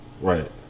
Right